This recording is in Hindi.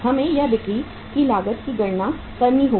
हमें अब बिक्री की लागत की गणना करनी होगी